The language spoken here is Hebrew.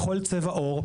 בכל צבע עור,